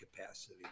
capacity